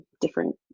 different